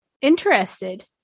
interested